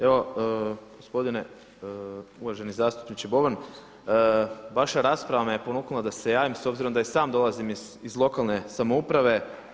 Evo gospodine uvaženi zastupniče Boban, vaša rasprava me ponukala da se javim s obzirom da i sam dolazim iz lokalne samouprave.